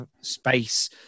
space